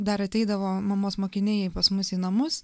dar ateidavo mamos mokiniai pas mus į namus